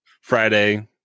Friday